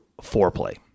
foreplay